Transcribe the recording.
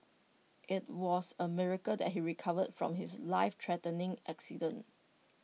IT was A miracle that he recovered from his lifethreatening accident